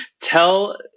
tell